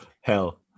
Hell